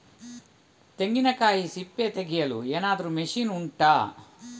ತೆಂಗಿನಕಾಯಿ ಸಿಪ್ಪೆ ತೆಗೆಯಲು ಏನಾದ್ರೂ ಮಷೀನ್ ಉಂಟಾ